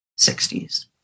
60s